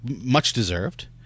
much-deserved